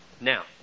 Now